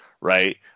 right